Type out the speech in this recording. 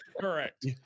Correct